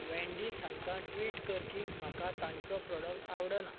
वॅन्डीस हांकां ट्वीट कर की म्हाका तांचो प्रोडक्ट आवडना